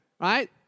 Right